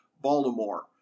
Baltimore